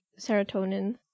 serotonin